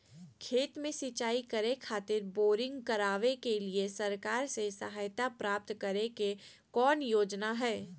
खेत में सिंचाई करे खातिर बोरिंग करावे के लिए सरकार से सहायता प्राप्त करें के कौन योजना हय?